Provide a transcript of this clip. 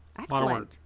excellent